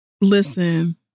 Listen